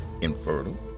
infertile